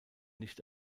nicht